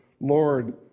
Lord